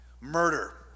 murder